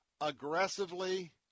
aggressively